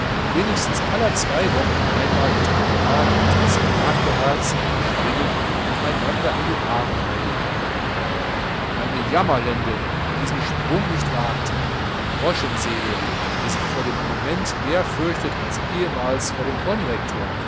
wenigstens aller zwei wochen einmal mit dem elan unsrer cnacleherzen überspringen und einander in die arme eilen eine jammerlende die diesen sprung nicht wagt eine groschenseele die sich vor dem comment mehr fürchtet als ehemals vor dem konrektor